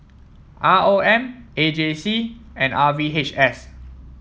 R O M A J C and R V H S